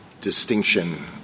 distinction